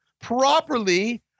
properly